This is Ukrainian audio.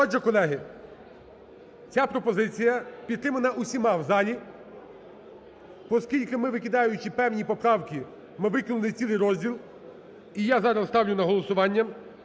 Отже, колеги, ця пропозиція підтримана всіма в залі, оскільки ми викидаючи певні поправки, ми викинули цілий розділ. І я зараз ставлю на голосування